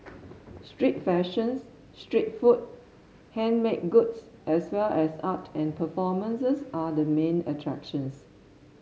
street fashions street food handmade goods as well as art and performances are the main attractions